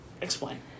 Explain